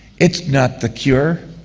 it's not the cure.